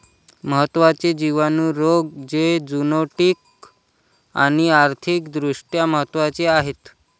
महत्त्वाचे जिवाणू रोग जे झुनोटिक आणि आर्थिक दृष्ट्या महत्वाचे आहेत